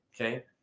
Okay